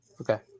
okay